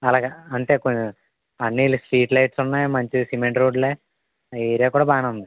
అలాగ అంటే అన్నీ స్ట్రీట్ లైట్స్ ఉన్నాయి మంచి సిమెంట్ రోడ్లే ఆ ఏరియా కూడా బాగానే ఉంది